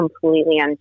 completely